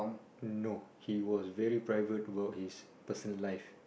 no he was very private about his personal life